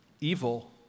evil